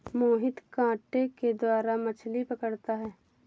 मोहित कांटे के द्वारा मछ्ली पकड़ता है